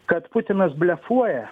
kad putinas blefuoja